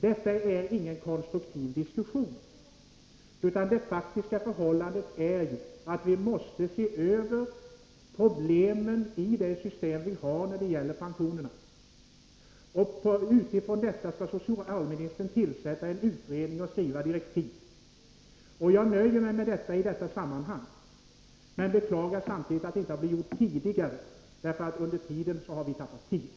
Detta är ingen konstruktiv diskussion, utan det faktiska förhållandet är att vi måste se över problemen i det system vi har när det gäller pensionerna. Utifrån detta skall socialministern tillsätta en utredning och skriva direktiv. Jag nöjer mig med detta nu, men jag beklagar att detta inte har blivit gjort tidigare. På grund av detta har vi tappat tid.